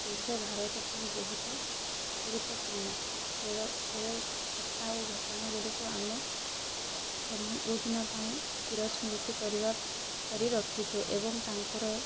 ଦେଶ ଭାରତ ପାଇଁ ବହୁତ ଗୁରୁତ୍ୱପୂର୍ଣ୍ଣ ସେ କଥା ଆଉ ଘଟଣା ଗୁଡ଼ିକୁ ଆମେ ସବୁଦିନ ପାଇଁ ଚିର ସ୍ମୃତି କରିବା କରି ରଖିଛୁ ଏବଂ ତାଙ୍କର